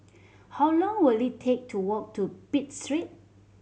how long will it take to walk to Pitt Street